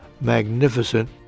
magnificent